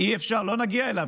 לא נגיע אליו,